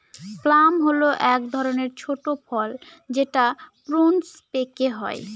plum হল এক ধরনের ছোট ফল যেটা প্রুনস পেকে হয়